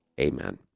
Amen